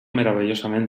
meravellosament